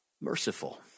merciful